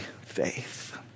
faith